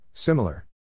Similar